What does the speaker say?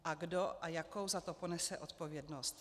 A kdo a jakou za to ponese odpovědnost?